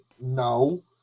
No